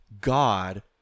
God